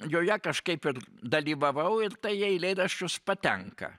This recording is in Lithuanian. joje kažkaip ir dalyvavau ir tai į eilėraščius patenka